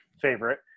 favorite